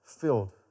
filled